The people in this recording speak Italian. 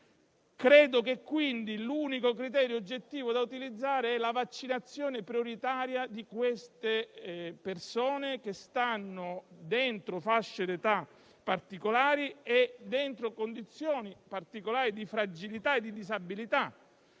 Credo, quindi, che l'unico criterio oggettivo da utilizzare sia la vaccinazione prioritaria delle persone incluse in fasce d'età particolari e in condizioni particolari di fragilità e di disabilità.